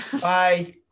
Bye